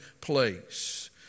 place